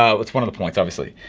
ah with one of the points obviously.